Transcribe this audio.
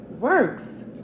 Works